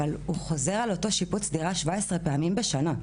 אבל הוא חוזר על אותו שיפוץ דירה 17 פעמים בשנה,